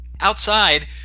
Outside